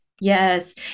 Yes